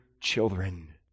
children